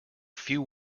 few